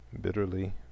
bitterly